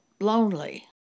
lonely